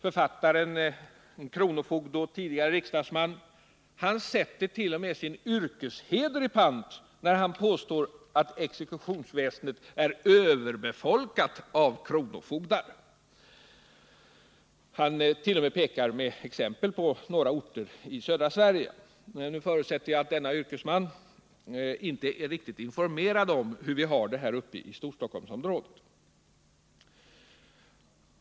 Författaren, en kronofogde och tidigare riksdagsman, sätter t.o.m. sin yrkesheder i pant när han påstår att exekutionsväsendet är överbefolkat av kronofogdar. Han pekar också som exempel på några orter i södra Sverige. Men jag förutsätter att denne yrkesman inte är riktigt informerad om hur vi har det här uppe i Storstockholmsområdet.